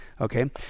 Okay